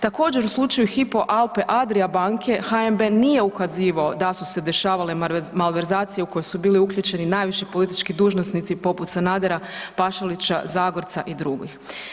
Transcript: Također u slučaju Hypo Alpe-Adria banke HNB nije ukazivao da su se dešavale malverzacije u koje su bili uključeni najviši politički dužnosnici poput Sanadera, Pašalića, Zagorca i drugih.